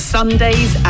Sundays